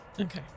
Okay